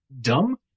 dumb